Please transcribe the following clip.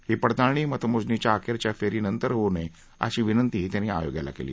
ही पडताळणी मतमोजणीच्या अखेरच्या फेरीनंतर होऊ नये अशी विनंतीही त्यांनी आयोगाला केला